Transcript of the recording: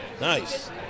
nice